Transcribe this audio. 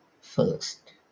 first